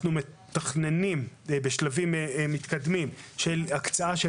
אנחנו מתכננים בשלבים מתקדמים הקצאה של